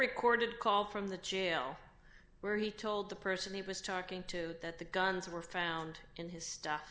recorded call from the channel where he told the person he was talking to that the guns were found in his stuff